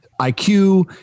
IQ